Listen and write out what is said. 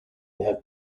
have